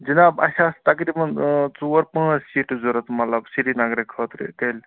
جِناب اَسہِ آس تقریٖباً ژور پانٛژھ سیٖٹہٕ ضوٚرَتھ مطلب سرینگرٕ خٲطرٕ تیٚلہِ